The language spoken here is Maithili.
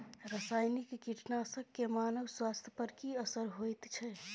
रसायनिक कीटनासक के मानव स्वास्थ्य पर की असर होयत छै?